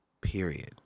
period